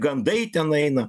gandai tenai eina